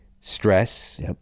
stress